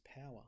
power